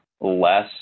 less